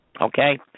Okay